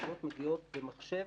והתשובות מגיעות למחשב,